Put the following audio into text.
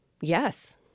Yes